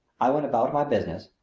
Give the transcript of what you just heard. i went about my business,